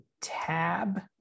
tab